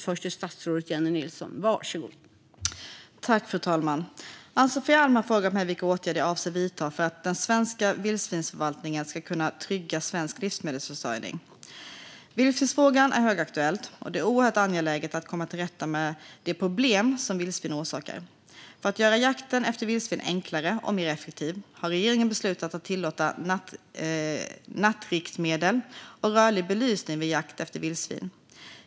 Fru talman! Ann-Sofie Alm har frågat mig vilka åtgärder jag avser att vidta för att den svenska vildsvinsförvaltningen ska kunna trygga svensk livsmedelsförsörjning. Vildsvinsfrågan är högaktuell, och det är oerhört angeläget att komma till rätta med de problem som vildsvin orsakar. För att göra jakten efter vildsvin enklare och mer effektiv har regeringen beslutat att tillåta nattriktmedel och rörlig belysning vid jakt efter vildsvin.